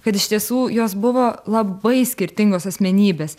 kad iš tiesų jos buvo labai skirtingos asmenybės